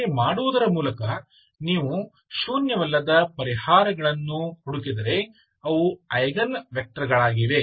ಹಾಗೆ ಮಾಡುವುದರ ಮೂಲಕ ನೀವು ಶೂನ್ಯವಲ್ಲದ ಪರಿಹಾರಗಳನ್ನು ಹುಡುಕಿದರೆ ಅವು ಐಗನ್ ವೆಕ್ಟರ್ಗಳಾಗಿವೆ